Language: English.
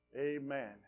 amen